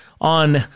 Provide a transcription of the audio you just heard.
on